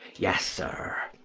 yes, sir.